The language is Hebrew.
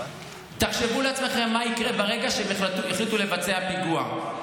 תחשבו לעצמכם מה יקרה ברגע שהם יחליטו לבצע פיגוע.